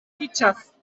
features